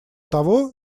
того